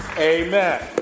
Amen